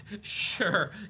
Sure